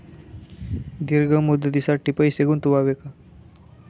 दीर्घ मुदतीसाठी पैसे गुंतवावे का?